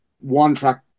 one-track